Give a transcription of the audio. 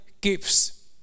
gifts